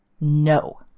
no